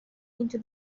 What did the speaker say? into